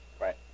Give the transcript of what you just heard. Right